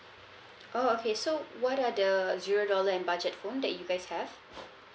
oh okay so what are the zero dollar and budget phone that you guys have